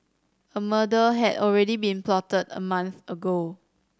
a murder had already been plotted a month ago